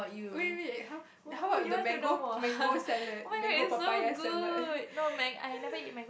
wait wait wait how how about the mango mango salad mango papaya salad